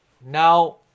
now